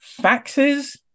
faxes